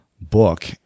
book